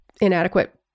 inadequate